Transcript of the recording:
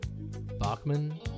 Bachman